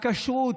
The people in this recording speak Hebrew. בכשרות,